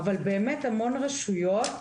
אבל באמת המון רשויות,